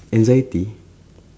anxiety